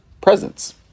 presence